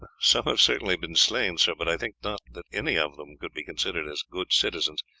some have certainly been slain, sire but i think not that any of them could be considered as good citizens,